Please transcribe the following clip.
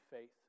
faith